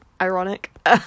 Ironic